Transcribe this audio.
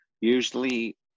usually